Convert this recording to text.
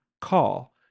call